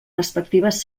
respectives